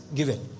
given